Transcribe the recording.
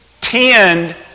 Tend